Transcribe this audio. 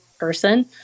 person